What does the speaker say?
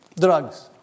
Drugs